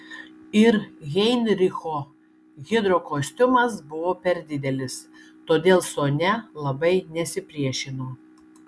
ir heinricho hidrokostiumas buvo per didelis todėl sonia labai nesipriešino